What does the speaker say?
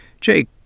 Jake